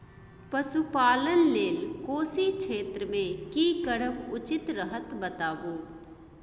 पशुपालन लेल कोशी क्षेत्र मे की करब उचित रहत बताबू?